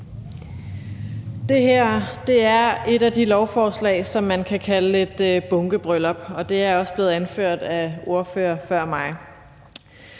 Det her er et af de lovforslag, som man kan kalde et bunkebryllup, og det er også blevet anført af ordførere før mig.